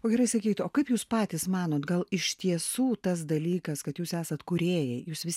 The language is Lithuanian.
o gerai sakykit o kaip jūs patys manot gal iš tiesų tas dalykas kad jūs esat kūrėjai jūs vis